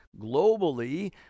globally